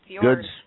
Good's